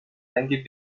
رنگ